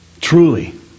Truly